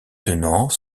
tenant